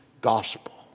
gospel